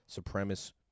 supremacist